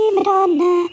Madonna